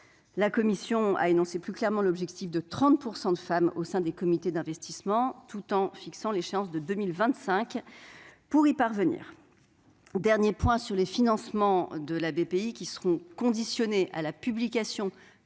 La commission a énoncé plus clairement l'objectif chiffré de 30 % de femmes au sein des comités d'investissement, tout en fixant l'échéance de 2025 pour y parvenir. Enfin, les financements de Bpifrance seront conditionnés à la publication, par les